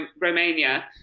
Romania